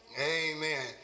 Amen